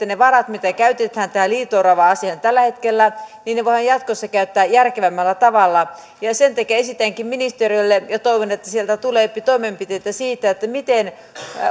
ne varat mitä käytetään tähän liito orava asiaan tällä hetkellä voidaan jatkossa käyttää järkevämmällä tavalla sen takia esitänkin ministeriölle ja toivon että sieltä tuleepi toimenpiteitä siitä miten